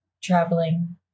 Traveling